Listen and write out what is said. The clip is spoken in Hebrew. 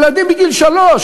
ילדים בני שלוש,